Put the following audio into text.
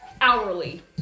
hourly